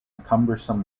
cumbersome